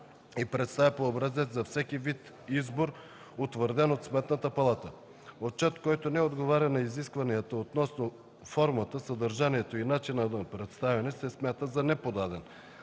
и представя по образец за всеки вид избор, утвърден от Сметната палата. Отчет, който не отговаря на изискванията относно формата, съдържанието и начина на представяне, се смята за неподаден.